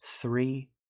three